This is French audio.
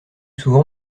souvent